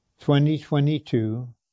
2022